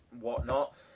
whatnot